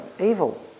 evil